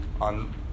on